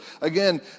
again